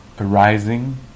arising